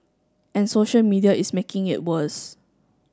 and social media is making it worse